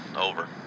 Over